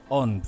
on